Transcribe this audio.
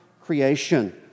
creation